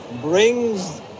brings